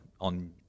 on